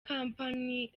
kompanyi